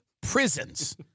prisons